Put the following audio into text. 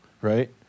right